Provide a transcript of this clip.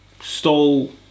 stole